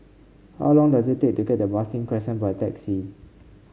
how long does it take to get to Marsiling Crescent by taxi